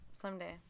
Someday